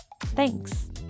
Thanks